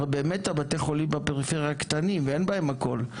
הרי באמת בתי החולים בפריפריה קטנים ואין בהם הכול,